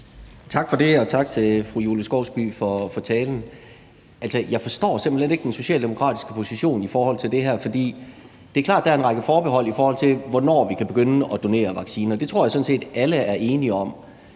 Tak for det, og tak til fru Julie Skovsby for talen. Jeg forstår simpelt hen ikke den socialdemokratiske position i forhold til det her. For det er klart, at der er en række forbehold i forhold til, hvornår vi kan begynde at donere vacciner – det tror jeg sådan set alle er enige om